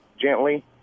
gently